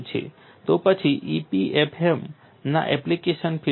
તો પછી EPFM ના એપ્લિકેશન ફીલ્ડો કયા છે